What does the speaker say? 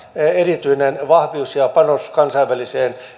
erityinen vahvuus ja panos kansainväliseen